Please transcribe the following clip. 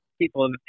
people